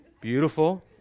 Beautiful